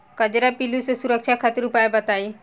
कजरा पिल्लू से सुरक्षा खातिर उपाय बताई?